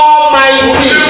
Almighty